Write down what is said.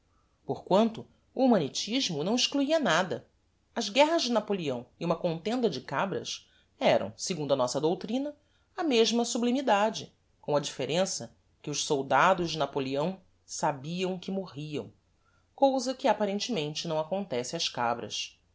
depois porquanto o humanitismo não excluia nada as guerras de napoleão e uma contenda de cabras eram segundo a nossa doutrina a mesma sublimidade com a differença que os soldados de napoleão sabiam que morriam cousa que apparentemente não acontece ás cabras